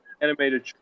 animated